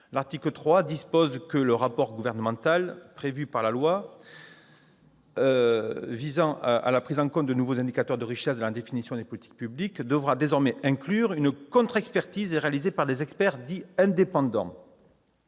l'article 3 dispose que le rapport gouvernemental visant à la prise en compte des nouveaux indicateurs de richesse dans la définition des politiques publiques prévu par la loi devra désormais inclure une contre-expertise réalisée par des experts indépendants.